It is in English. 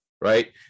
right